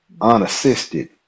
unassisted